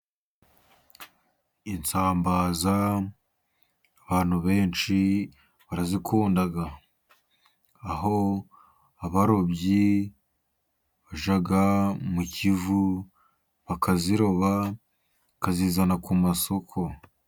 Isambaza, abantu benshi barazikunda. Aho abarobyi bajya mu Kivu , bakaziroba, bakazizana ku isoko.